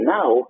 now